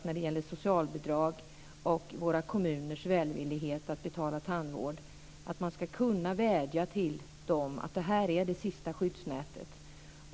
När det gäller socialbidrag och våra kommuners välvillighet att betala tandvård hoppas jag att man ska kunna vädja till dem att det här är det sista skyddsnätet.